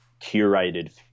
curated